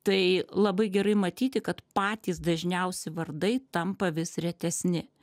tai labai gerai matyti kad patys dažniausi vardai tampa vis retesni